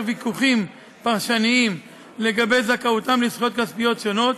ויכוחים פרשניים לגבי זכאותם לזכויות כספיות שונות,